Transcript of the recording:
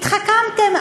התחכמתם.